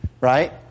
right